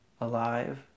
alive